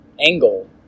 angle